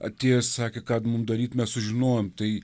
atėję sakė ką mum daryt mes sužinojom tai